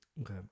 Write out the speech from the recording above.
Okay